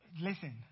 Listen